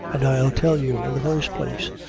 an' i'll tell you in the first place,